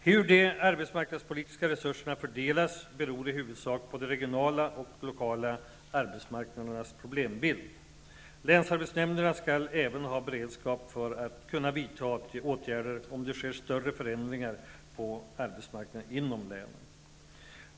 Hur de arbetsmarknadspolitiska resurserna fördelas beror i huvudsak på de regionala och lokala arbetsmarknadernas problembild. Länsarbetsnämnderna skall även ha beredskap för att kunna vidta åtgärder om det sker större förändringar på arbetsmarknaden inom länet.